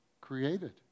created